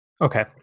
Okay